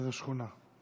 איזו שכונה?